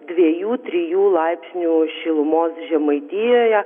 dviejų trijų laipsnių šilumos žemaitijoje